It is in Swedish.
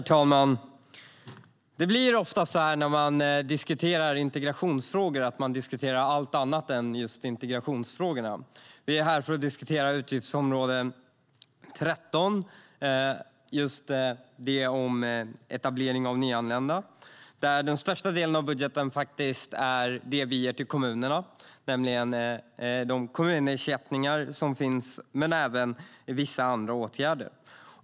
Herr talman! När man ska diskutera integrationsfrågor blir det oftast så att man diskuterar allt annat än just integrationsfrågorna. Vi är här för att diskutera etablering av nyanlända och utgiftsområde 13, där den största delen av budgeten utgörs av det vi ger till kommunerna i form av kommunersättningar; det finns även vissa andra åtgärder.